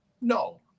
No